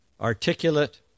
articulate